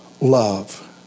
love